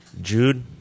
Jude